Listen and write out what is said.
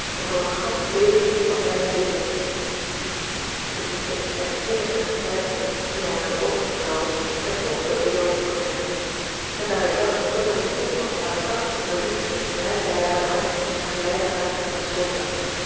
en voor een gansch leven kan blijven zetelen de diepe en innige vertwijfeling die haar uit de oogen straalde werd toch door eduard opgemerkt en daar hij zag dat zij op het punt was hare krachten te verliezen reikte hij haar de hand en geleidde haar naar eene sofa